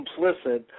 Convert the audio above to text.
complicit